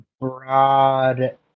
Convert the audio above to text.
broad